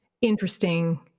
interesting